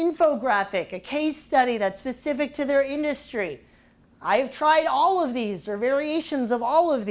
info graphic a case study that's specific to their industry i've tried all of these are variations of all of